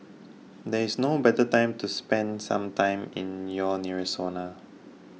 there is no better time to spend some time in your nearest sauna